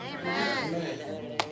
Amen